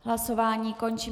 Hlasování končím.